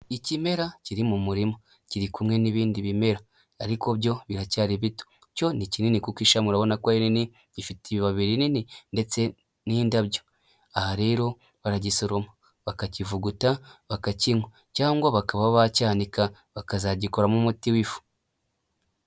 Ikimera kiri mu murima, kiri kumwe n'ibindi bimera, ariko byo biracyari bito, cyo ni kinini kuko ishami urabona ko ari rinini, gifite ibibabi binini ndetse n'indabyo, aha rero baragisoroma, bakakivuguta, bakakinywa, cyangwa bakaba bacyanika bakazagikoramo umuti w'ifu.